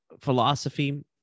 philosophy